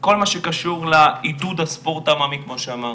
כל מה שקשור לעידוד הספורט העממי כמו שאמרתי.